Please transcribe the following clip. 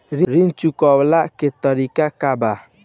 ऋण चुकव्ला के तरीका का बा?